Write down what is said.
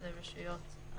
בריאות,